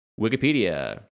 Wikipedia